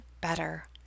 better